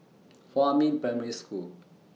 Huamin Primary School